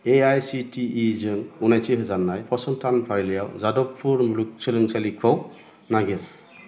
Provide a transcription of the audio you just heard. A I C T E जों गनायथि होजानाय फसंथान फारिलाइआव जादबपुर मुलुगसोलोंसालिखौ नागिर